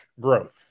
growth